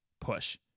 push